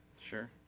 Sure